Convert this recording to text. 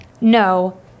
no